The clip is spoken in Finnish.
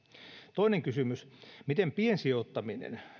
toinen kysymys miten piensijoittaminen